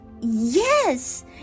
Yes